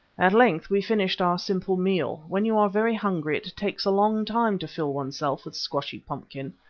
at length we finished our simple meal when you are very hungry it takes a long time to fill oneself with squashy pumpkin,